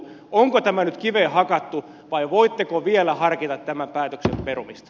onko tämä nyt kiveen hakattu vai voitteko vielä harkita tämän päätöksen perumista